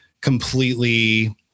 completely